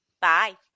Bye